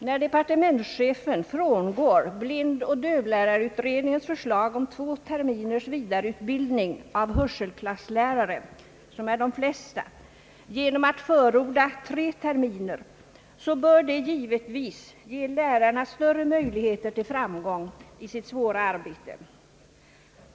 När = departementschefen = frångår blindoch dövlärarutredningens förslag om två terminers vidareutbildning av hörselklasslärare, som är de flesta, genom att förorda tre terminer, bör det givetvis ge lärarna större möjligheter till framgång i sitt svåra arbete.